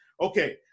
Okay